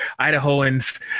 Idahoans